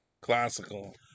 Classical